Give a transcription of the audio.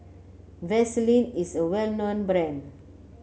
Vaselin is a well known brand